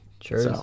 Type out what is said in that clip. sure